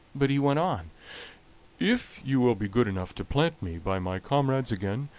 but he went on if you will be good enough to plant me by my comrades again,